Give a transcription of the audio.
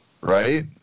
Right